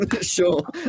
Sure